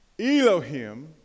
Elohim